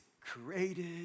created